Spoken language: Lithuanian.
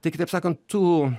tai kitaip sakant tų